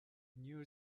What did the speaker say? new